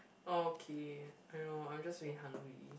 okay I know I'm just a bit hungry